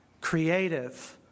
creative